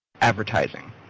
advertising